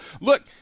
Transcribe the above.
Look